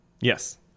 Yes